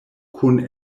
kun